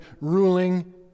ruling